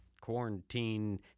quarantine